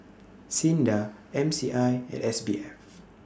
SINDA M C I and S B F